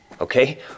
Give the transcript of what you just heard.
Okay